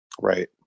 Right